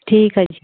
ਠੀਕ ਹੈ ਜੀ